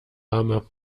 arme